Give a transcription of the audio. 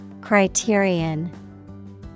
Criterion